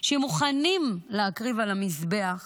שמוכנים להקריב על המזבח